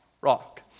rock